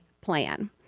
plan